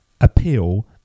appeal